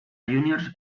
juniors